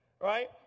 Right